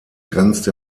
grenzt